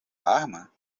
arma